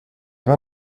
war